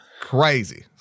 Crazy